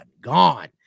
gone